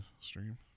stream